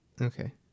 Okay